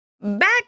Back